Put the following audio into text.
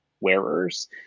wearers